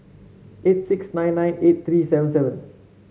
eight six nine nine eight three seven seven